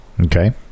Okay